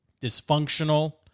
dysfunctional